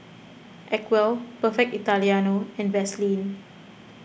Acwell Perfect Italiano and Vaseline